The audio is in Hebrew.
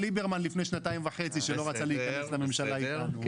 ליברמן לפני שנתיים וחצי כשלא רצה להיכנס לממשלה איתנו,